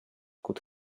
could